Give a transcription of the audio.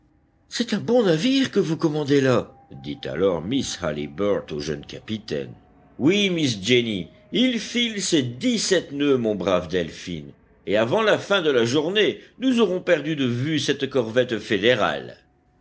c'est un bon navire que vous commandez là dit alors miss halliburtt au jeune capitaine oui miss jenny il file ses dix-sept nœuds mon brave delphin et avant la fin de la journée nous aurons perdu de vue cette corvette fédérale